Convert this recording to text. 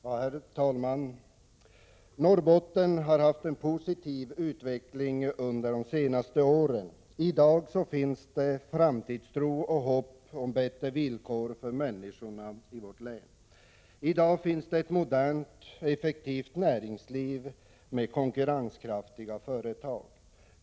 Herr talman! Norrbotten har haft en positiv utveckling under de senaste åren. I dag finns det framtidstro och hopp om bättre villkor för människorna i vårt län. I dag finns det ett modernt och effektivt näringsliv med konkurrenskraftiga företag.